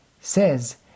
says